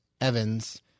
Evans